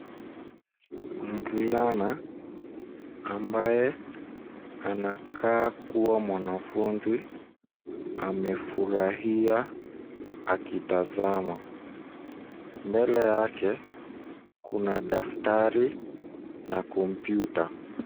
Mvulana ambaye anakaa kuwa mwanafunzi amefurahia akitazama. Mbele yake kuna daftari na kompyuta.